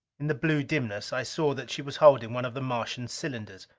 in the blue dimness i saw that she was holding one of the martian cylinders.